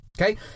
Okay